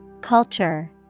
Culture